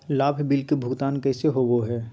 लाभ बिल के भुगतान कैसे होबो हैं?